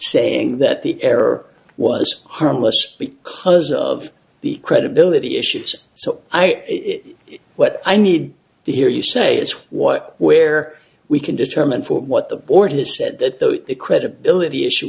saying that the error was harmless because of the credibility issues so i am what i need to hear you say is what where we can determine what the board has said that though the credibility issue